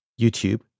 YouTube